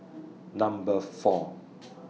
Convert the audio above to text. Number four